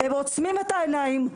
הם עוצמים את העיניים,